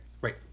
Right